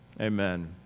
Amen